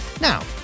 Now